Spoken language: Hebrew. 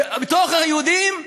ובתוך היהודים,